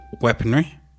weaponry